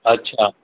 अच्छा